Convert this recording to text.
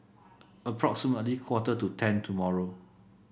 approximately quarter to ten tomorrow